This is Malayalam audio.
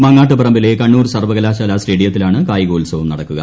മാങ്ങാട്ടുപറമ്പിലെ ്കണ്ണൂർ സർവ്വകലാശാല സ്റ്റേഡിയത്തിലാണ് കായികോത്സവം നടക്കുക